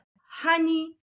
honey